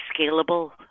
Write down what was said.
scalable